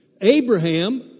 Abraham